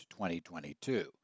2022